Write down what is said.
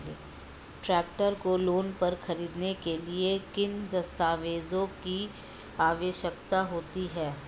Tractor को loan पर खरीदने के लिए किन दस्तावेज़ों की आवश्यकता होती है?